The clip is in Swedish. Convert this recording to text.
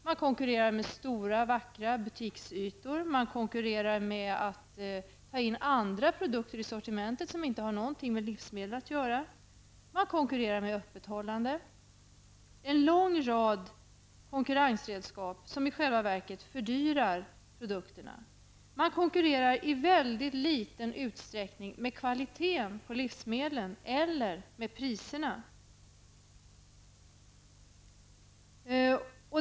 Man konkurrerar med stora, vackra butiksytor, och man konkurrerar genom att ta in andra produkter i sortimentet, vilka som inte har någonting med livsmedel att göra. Man konkurrerar med öppethållande. Det är en lång rad konkurrensredskap som i själva verket fördyrar produkterna. Man konkurrerar i mycket liten utsträckning med kvaliteten på livsmedel eller med priserna.